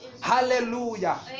Hallelujah